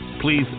please